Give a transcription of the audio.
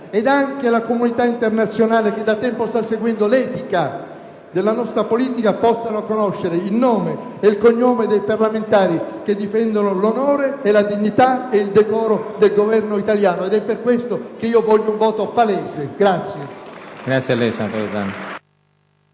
ed anche la comunità internazionale (che da tempo sta seguendo l'etica della nostra politica) possano conoscere il nome ed il cognome dei parlamentari che difendono l'onore, la dignità ed il decoro del Governo italiano. Per tale motivo, io chiedo un voto palese. *(Applausi dai Gruppi PD e